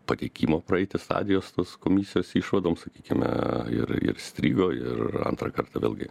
pateikimo praeiti stadijos tos komisijos išvadoms sakykime ir ir strigo ir antrą kartą vėlgi